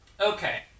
Okay